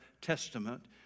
testament